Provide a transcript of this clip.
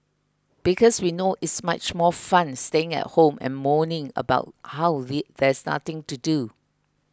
because we know it's much more fun staying at home and moaning about how they there's nothing to do